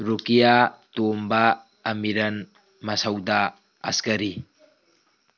ꯔꯨꯀꯤꯌꯥ ꯇꯣꯝꯕ ꯑꯃꯤꯔꯟ ꯃꯁꯧꯗꯥ ꯑ꯭ꯁꯀꯔꯤ